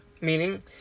meaning